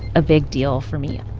a big deal for me